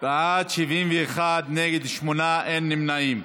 בעד, 71, נגד, שמונה, אין נמנעים.